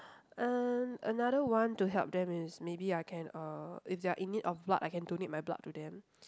and another one to help them is maybe I can uh if they are in need of blood I can donate my blood to them